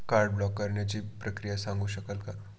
Card block करण्याची प्रक्रिया सांगू शकाल काय?